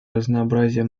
разнообразия